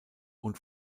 und